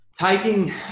taking